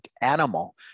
animal